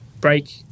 break